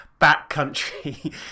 backcountry